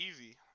easy